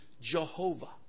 Jehovah